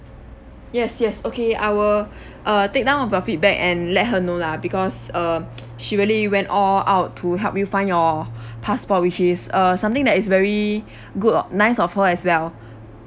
yes yes okay I will uh take down of your feedback and let her know lah because um she really went all out to help you find your passport which is uh something that is very good o~ nice of her as well